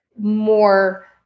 more